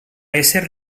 ésser